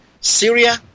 Syria